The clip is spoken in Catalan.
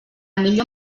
millor